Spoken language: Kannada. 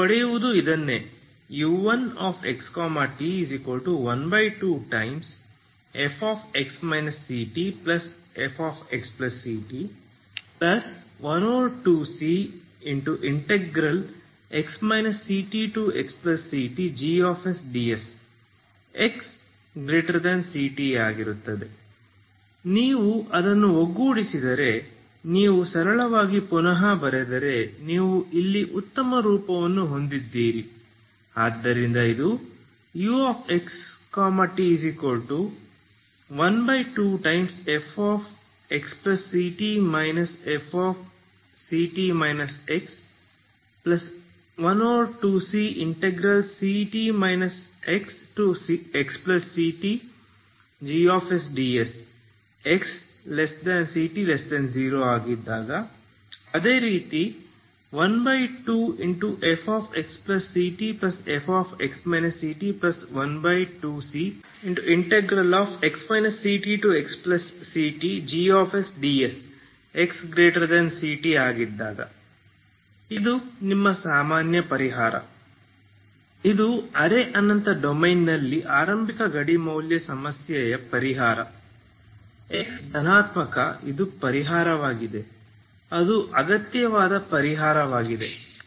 ನೀವು ಪಡೆಯುವುದು ಇದನ್ನೇ u1xt12fx ctfxct12cx ctxctgsds xct ನೀವು ಅದನ್ನು ಒಗ್ಗೂಡಿಸಿದರೆ ನೀವು ಸರಳವಾಗಿ ಪುನಃ ಬರೆದರೆ ನೀವು ಇಲ್ಲಿ ಉತ್ತಮ ರೂಪವನ್ನು ಹೊಂದಿದ್ದೀರಿ ಆದ್ದರಿಂದ ಇದು uxt12fxct fct x12cct xxctgsds 0xct 12fxctfx ct12cx ctxctgsds xct ಇದು ನಿಮ್ಮ ಸಾಮಾನ್ಯ ಪರಿಹಾರ ಇದು ಅರೆ ಅನಂತ ಡೊಮೇನ್ನಲ್ಲಿ ಆರಂಭಿಕ ಗಡಿ ಮೌಲ್ಯ ಸಮಸ್ಯೆಯ ಪರಿಹಾರ x ಧನಾತ್ಮಕ ಇದು ಪರಿಹಾರವಾಗಿದೆ ಇದು ಅಗತ್ಯವಾದ ಪರಿಹಾರವಾಗಿದೆ